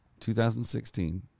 2016